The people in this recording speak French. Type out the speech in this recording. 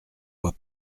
vois